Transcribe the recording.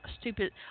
stupid